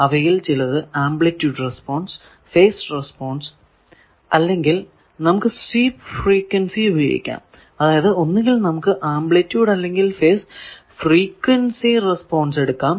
അവയിൽ ചിലതു amplitude response phase response അല്ലെങ്കിൽ നമുക്ക് സ്വീപ് ഫ്രീക്വെൻസി ഉപയോഗിക്കാം അതായതു ഒന്നുകിൽ നമുക്ക് ആംപ്ലിറ്റൂഡ് അല്ലെങ്കിൽ ഫേസ് ഫ്രീക്വൻസി റെസ്പോൺസ് എടുക്കാം